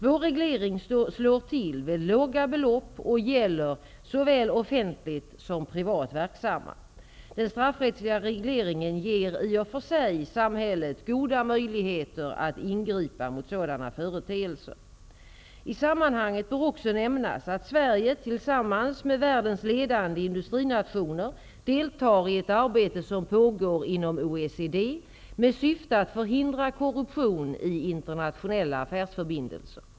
Vår reglering slår till vid låga belopp och gäller såväl offentligt som privat verksamma. Den straffrättsliga regleringen ger i och för sig samhället goda möjligheter att ingripa mot sådana företeelser. I sammanhanget bör också nämnas att Sverige tillsammans med världens ledande industrinationer deltar i ett arbete som pågår inom OECD med syfte att förhindra korruption i internationella affärsförbindelser.